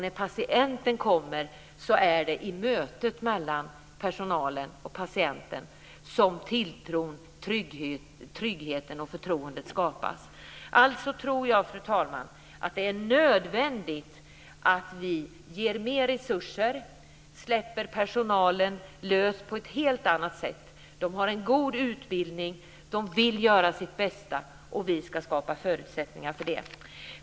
När patienten kommer är det i mötet mellan personalen och patienten som tilltron, tryggheten och förtroendet skapas. Alltså tror jag, fru talman, att det är nödvändigt att vi ger mer resurser och släpper personalen lös på ett helt annat sätt. De har en god utbildning. De vill göra sitt bästa. Vi ska skapa förutsättningar för det.